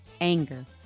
anger